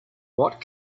what